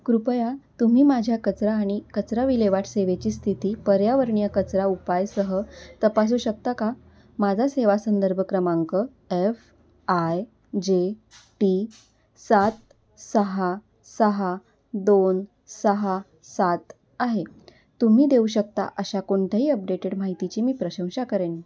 कृपया तुम्ही माझ्या कचरा आणि कचरा विल्हेवाट सेवेची स्थिती पर्यावरणीय कचरा उपाय सह तपासू शकता का माझा सेवा संदर्भ क्रमांक एफ आय जे टी सात सहा सहा दोन सहा सात आहे तुम्ही देऊ शकता अशा कोणत्याही अपडेटेड माहितीची मी प्रशंसा करेन